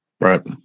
right